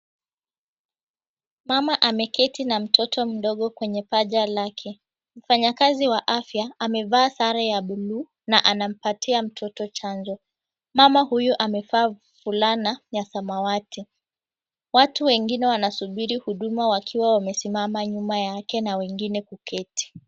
Mama ameketi na mtoto mdogo kwenye paja lake. Mfanyakazi wa afya amevaa sare ya buluu na anampatia mtoto chanzo. Mama huyu amevaa fulana ya samawati. Watu wengine wanasubiri huduma wakiwa wamesimama nyuma yake na wengine kuketi.